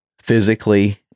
physically